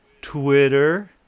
Twitter